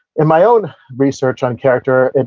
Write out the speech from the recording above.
in my own research on character,